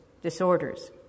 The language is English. disorders